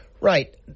Right